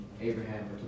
Abraham